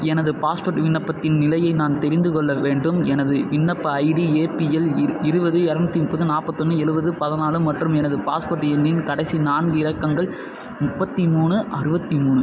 எனது பாஸ்போர்ட் விண்ணப்பத்தின் நிலையை நான் தெரிந்து கொள்ள வேண்டும் எனது விண்ணப்ப ஐடி ஏபிஎல் இ இருபது இரநூத்தி முப்பது நாற்பத்தொன்னு எழுவது பதினாலு மற்றும் எனது பாஸ்போர்ட் எண்ணின் கடைசி நான்கு இலக்கங்கள் முப்பத்தி மூணு அறுபத்தி மூணு